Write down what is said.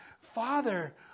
Father